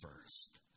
first